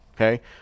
Okay